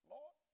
Lord